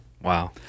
wow